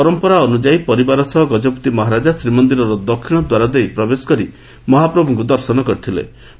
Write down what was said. ପରମ୍ମରା ଅନୁଯାୟୀ ପରିବାର ସହ ଗଜପତି ମହାରାଜା ଶ୍ରୀମନ୍ଦିରରେ ଦକ୍ଷିଣ ଦ୍ୱାର ଦେଇ ପ୍ରବେଶ କରି ମହାପ୍ରଭୁଙ୍କ ଦର୍ଶନ କରିଥିଳେ